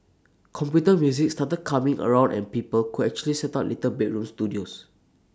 computer music started coming around and people could actually set up little bedroom studios